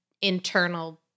internal